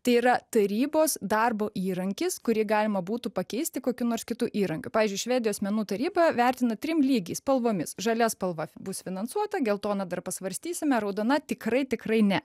tai yra tarybos darbo įrankis kurį galima būtų pakeisti kokiu nors kitu įrankiu pavyzdžiui švedijos menų taryba vertina trim lygiais spalvomis žalia spalva bus finansuota geltona dar pasvarstysime raudona tikrai tikrai ne